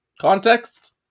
context